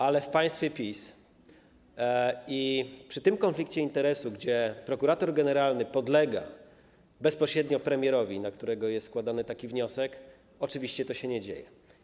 Ale w państwie PiS i w związku z tym konfliktem interesów, że prokurator generalny podlega bezpośrednio premierowi, na którego jest składany wniosek, oczywiście to się nie dzieje.